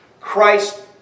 Christ